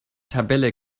tabelle